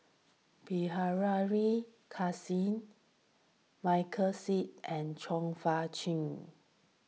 Bilahari Kausikan Michael Seet and Chong Fah Cheong